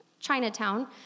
Chinatown